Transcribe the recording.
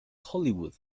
hollywood